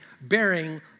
bearing